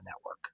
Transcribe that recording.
network